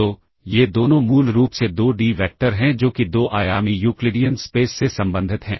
तो ये दोनों मूल रूप से 2 डी वैक्टर हैं जो कि 2 आयामी यूक्लिडियन स्पेस से संबंधित हैं